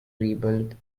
rebuild